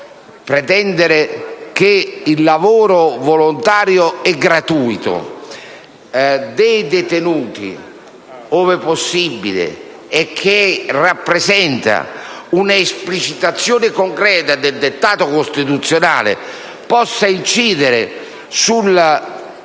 Pretendere che il lavoro volontario e gratuito dei detenuti, ove possibile, che rappresenta un'esplicitazione concreta del dettato costituzionale, possa incidere sulla